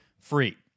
free